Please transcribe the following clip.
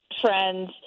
friends